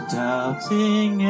doubting